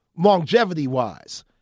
longevity-wise